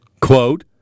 Quote